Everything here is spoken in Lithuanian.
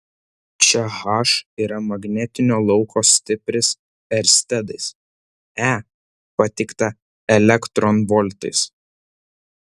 čia h yra magnetinio lauko stipris erstedais e pateikta elektronvoltais